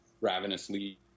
ravenously